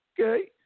Okay